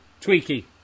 Tweaky